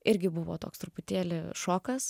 irgi buvo toks truputėlį šokas